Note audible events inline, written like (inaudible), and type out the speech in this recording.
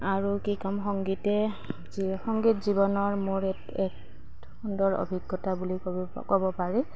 আৰু কি ক'ম সংগীতেই (unintelligible) সংগীত জীৱনৰ মোৰ এক সুন্দৰ অভিজ্ঞতা বুলি ক'ব ক'ব পাৰি